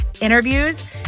interviews